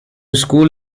school